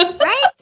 Right